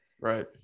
Right